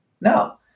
No